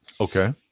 Okay